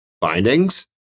bindings